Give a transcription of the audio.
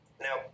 Now